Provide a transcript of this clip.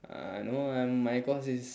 uh no I'm my course is